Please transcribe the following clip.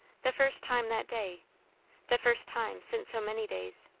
the first time that day the first time since so many days.